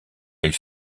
elle